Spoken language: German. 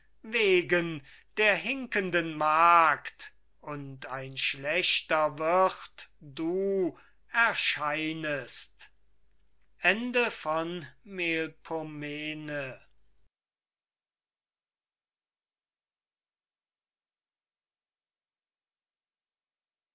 wegen der hinkenden magd und ein schlechter wirt du erscheinest